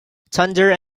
thunder